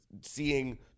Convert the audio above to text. seeing